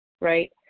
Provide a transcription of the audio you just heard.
right